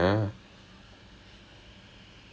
err err ya but